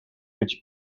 być